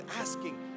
asking